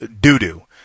doo-doo